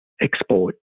export